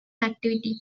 activity